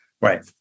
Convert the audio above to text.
Right